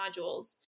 modules